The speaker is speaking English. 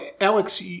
Alex